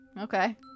okay